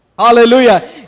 Hallelujah